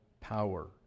power